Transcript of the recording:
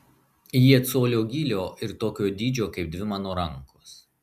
jie colio gylio ir tokio dydžio kaip dvi mano rankos